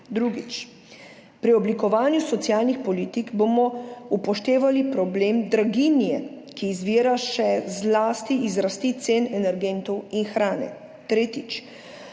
Pri oblikovanju socialnih politik bomo upoštevali problem draginje, ki izvira še zlasti iz rasti cen energentov in hrane. Okrepiti